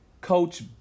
Coach